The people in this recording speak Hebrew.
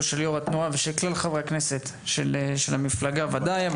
של יו"ר התנועה ושל כלל חברי הכנסת של המפלגה ודאי,